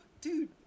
dude